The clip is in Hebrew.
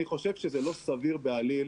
אני חושב שזה לא סביר בעליל,